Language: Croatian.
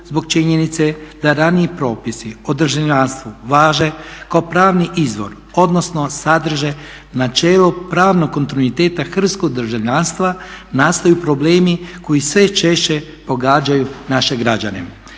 zbog činjenice da raniji propisi o državljanstvu važe kao pravni izvor odnosno sadrže načelo pravnog kontinuiteta hrvatskog državljanstva nastaju problemi koji sve češće pogađaju naše građane.